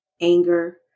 anger